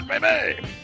Baby